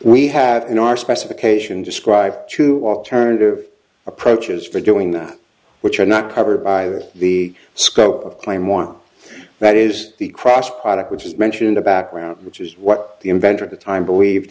we have in our specification describe two alternative approaches for doing that which are not covered by the scope of claim one that is the cross product which is mentioned a background which is what the inventor of the time believed